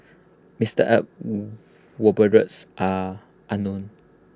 Mister Aye's whereabouts are unknown